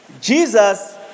Jesus